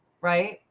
Right